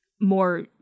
more